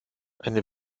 eine